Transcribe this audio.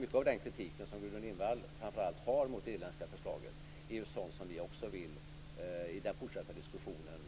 Mycket av den kritik som framför allt Gudrun Lindvall har mot det irländska förslaget är ju sådant som vi också i den fortsatta diskussionen